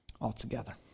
altogether